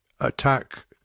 attack